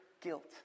guilt